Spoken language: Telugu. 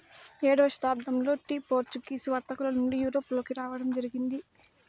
ఏడవ శతాబ్దంలో టీ పోర్చుగీసు వర్తకుల నుండి యూరప్ లోకి రావడం జరిగింది